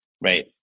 right